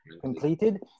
completed